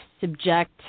subject